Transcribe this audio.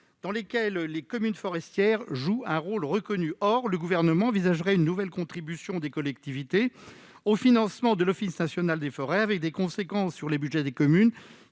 dans lesquelles les communes forestières jouent un rôle reconnu. Or le Gouvernement envisagerait une nouvelle contribution des collectivités au financement de l'Office national des forêts (ONF), laquelle aurait des conséquences sur les budgets des communes,